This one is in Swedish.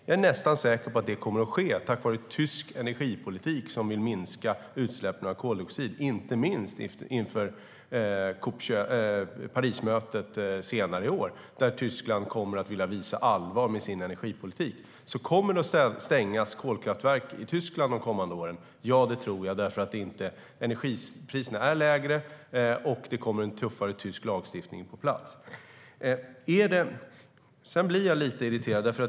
Jag är nästan säker på att detta kommer att ske tack vare att man vill minska utsläppen av koldioxid, inte minst inför Parismötet senare i år, där Tyskland kommer att vilja visa allvar med sin energipolitik. Jag tror alltså att det kommer att stängas kolkraftverk i Tyskland de kommande åren, för energipriserna är inte lägre, och det kommer en tuffare tysk lagstiftning på plats. Sedan blir jag lite irriterad.